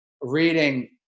reading